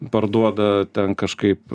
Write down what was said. parduoda ten kažkaip